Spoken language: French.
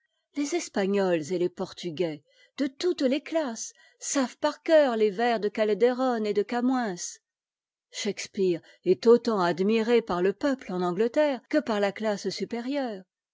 les espagnols et les portugais de toutes les classes savent par cœur tes vers de calderon et de camoëns shakspeare est autant admiré par le peuple en angleterre que par la classe supérieure